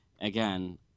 again